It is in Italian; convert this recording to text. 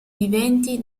viventi